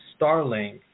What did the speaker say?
Starlink